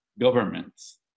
governments